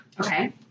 Okay